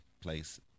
place